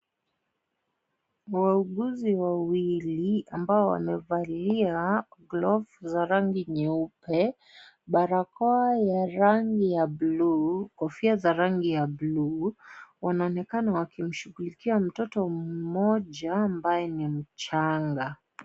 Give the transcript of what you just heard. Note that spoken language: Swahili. Wauguzi wawili ambao wamevalia glovu za rangi nyeupe barakoa ya rangi ya buluu ,kofia za rangi ya buluu wanaonekana wakimshughulikia mtoto mmoja ambaye ni mchanga.